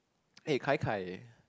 eh kai kai eh